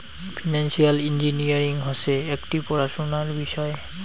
financial engineering হসে একটি পড়াশোনার বিষয়